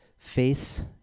face